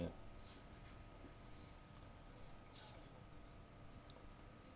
ya